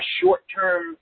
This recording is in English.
short-term